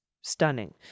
stunning